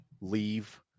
leave